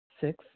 Six